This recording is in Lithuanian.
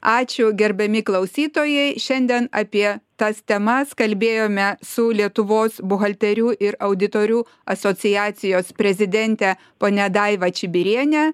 ačiū gerbiami klausytojai šiandien apie tas temas kalbėjome su lietuvos buhalterių ir auditorių asociacijos prezidente ponia daiva čibiriene